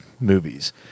movies